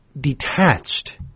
detached